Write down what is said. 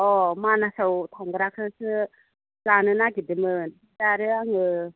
अह मानासआव थांग्राखौसो लानो नागिरदोंमोन दा आरो आङो